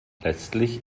letztlich